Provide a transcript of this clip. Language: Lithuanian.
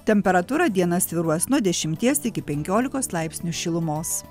temperatūra dieną svyruos nuo dešimties iki penkiolikos laipsnių šilumos